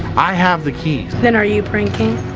i have the keys. then are you pranking?